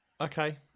okay